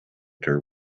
there